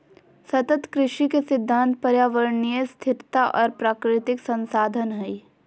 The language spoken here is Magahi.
सतत कृषि के सिद्धांत पर्यावरणीय स्थिरता और प्राकृतिक संसाधन हइ